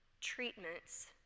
treatments